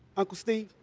uncle steve,